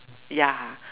ya